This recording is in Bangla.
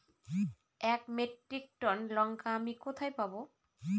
এক মেট্রিক টন লঙ্কা আমি কোথায় পাবো?